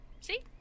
See